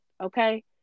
okay